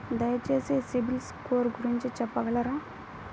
దయచేసి సిబిల్ స్కోర్ గురించి చెప్పగలరా?